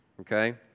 okay